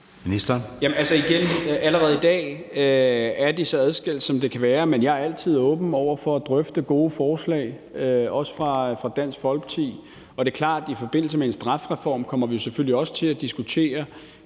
allerede i dag er de så adskilte, som de kan være, men jeg er altid åben over for at drøfte gode forslag, også fra Dansk Folkeparti, og det er klart, at i forbindelse med en strafreform kommer vi selvfølgelig også til at diskutere